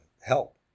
help